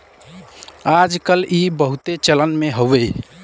आज कल ई बहुते चलन मे हउवे